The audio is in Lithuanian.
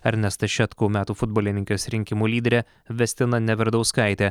ernestą šetkų metų futbolininkės rinkimų lyderė vestina neverdauskaitė